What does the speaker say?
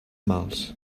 mals